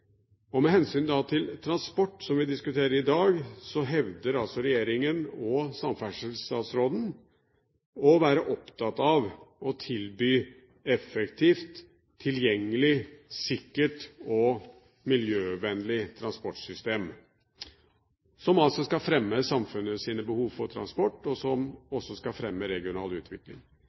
bor. Med hensyn til transport, som vi diskuterer i dag, hevder altså regjeringen og samferdselsstatsråden å være opptatt av å tilby et effektivt, tilgjengelig, sikkert og miljøvennlig transportsystem, som skal fremme samfunnets behov for transport, og som også skal fremme regional utvikling.